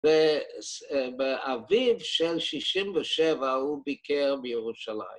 ובאביב של 67' הוא ביקר בירושלים.